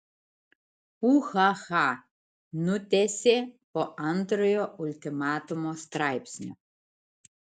ūhaha nutęsė po antrojo ultimatumo straipsnio